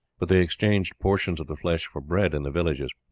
but they exchanged portions of the flesh for bread in the villages.